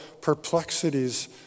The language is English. perplexities